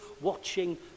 watching